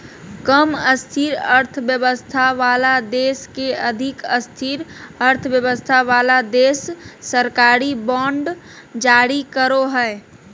कम स्थिर अर्थव्यवस्था वाला देश के अधिक स्थिर अर्थव्यवस्था वाला देश सरकारी बांड जारी करो हय